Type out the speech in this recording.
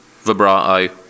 Vibrato